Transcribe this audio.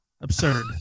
absurd